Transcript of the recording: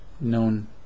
known